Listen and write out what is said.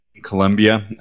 colombia